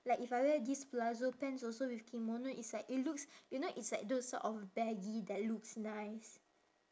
like if I wear this palazzo pants also with kimono it's like it looks you know it's like those sort of baggy that looks nice